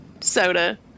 Soda